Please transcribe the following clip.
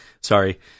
Sorry